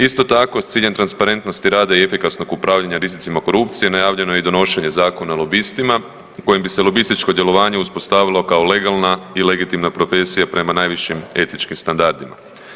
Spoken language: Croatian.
Isto tako s ciljem transparentnosti rada i efikasnog upravljanja rizicima korupcije najavljeno je i donošenje Zakona o lobistima kojim bi se lobističko djelovanje uspostavilo kao legalna i legitimna profesija prema najvišim etičkim standardima.